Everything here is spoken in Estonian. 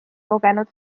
kogenud